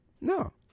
no